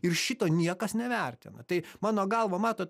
ir šito niekas nevertina tai mano galva matot